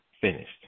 Finished